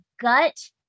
gut